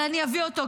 אבל אני אביא אותו,